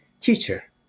teacher